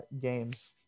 games